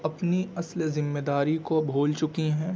اپنی اصل ذمہ داری کو بھول چکی ہیں